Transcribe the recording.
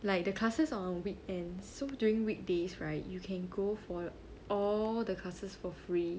like the classes on weekends so during weekdays right you can go for all the classes for free